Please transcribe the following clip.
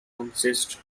consists